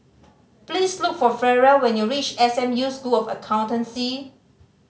please look for Ferrell when you reach S M U School of Accountancy